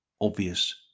obvious